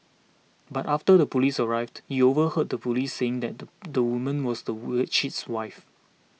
but after the police arrived he overheard the police saying that the the woman was the worse cheat's wife